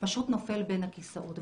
פשוט נופל בין הכיסאות.